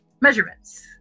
measurements